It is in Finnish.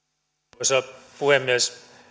arvoisa puhemies